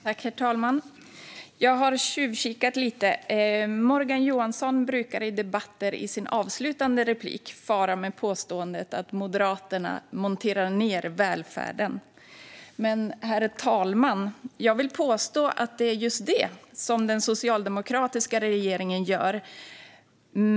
Herr talman! Jag har tjuvkikat lite! Morgan Johansson brukar i debatter i sitt avslutande inlägg fara med påståendet att Moderaterna monterar ned välfärden. Men, herr talman, jag vill påstå att det är just det som den socialdemokratiska regeringen gör.